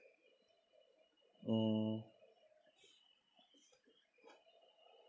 mm